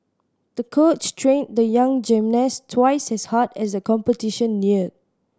the coach trained the young gymnast twice as hard as the competition neared